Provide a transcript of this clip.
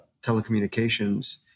telecommunications